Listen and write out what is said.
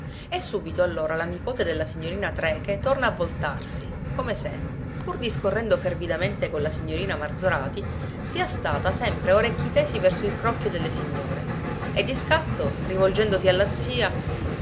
e subito allora la nipote della signorina trecke torna a voltarsi come se pur discorrendo fervidamente con la signorina marzorati sia stata sempre a orecchi tesi verso il crocchio delle signore e di scatto rivolgendosi alla zia